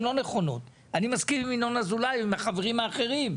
לא נכונות; אני מסכים עם ינון אזולאי ועם החברים האחרים,